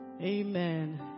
Amen